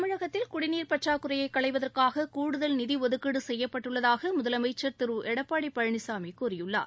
தமிழகத்தில் குடிநீர் பற்றாக்குறையை களைவதற்காக கூடுதல் நிதி ஒதுக்கீடு செய்யப்பட்டுள்ளதாக முதலமைச்சர் திரு எடப்பாடி பழனிசாமி கூறியுள்ளார்